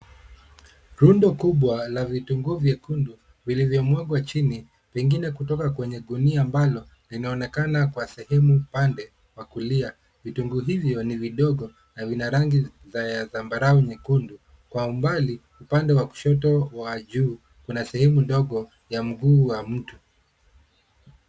Rundo kubwa la vitunguu vyekundu vilivyomwagwa chini, pengine kutoka kwenye gunia ambalo linaonekana kwa sehemu, upande wa kulia. Vitunguu hivyo ni vidogo na vina rangi ya zambarau unyekundu. Kwa umbali upande wa kushoto kuna sehemu ndogo ya mguu wa mtu.